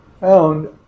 found